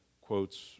quotes